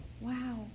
wow